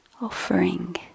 offering